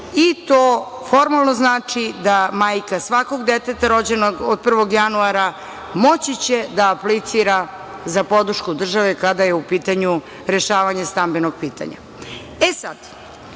i to formalno znači da majka svakog deteta rođenog od 1. januara 2022. godine, moći će da aplicira za podršku države kada je u pitanju rešavanje stambenog pitanja. Iskoristiću